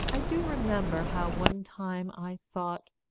i do remember how one time i thought,